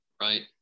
Right